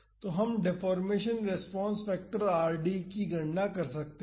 तो हम deformation response factor Rd की गणना कर सकते हैं